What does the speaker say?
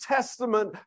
Testament